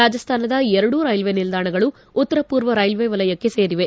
ರಾಜಸ್ತಾನದ ಎರಡೂ ರೈಲ್ವೆ ನಿಲ್ದಾಣಗಳು ಉತ್ತರ ಪೂರ್ವ ರೈಲ್ವೆ ವಲಯಕ್ಕೆ ಸೇರಿವೆ